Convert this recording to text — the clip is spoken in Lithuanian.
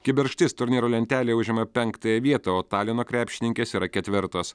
kibirkštis turnyro lentelėje užima penktąją vietą o talino krepšininkės yra ketvirtos